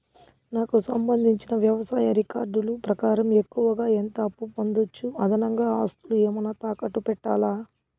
నాకు సంబంధించిన వ్యవసాయ రికార్డులు ప్రకారం ఎక్కువగా ఎంత అప్పు పొందొచ్చు, అదనంగా ఆస్తులు ఏమన్నా తాకట్టు పెట్టాలా?